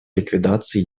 ликвидации